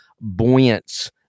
buoyant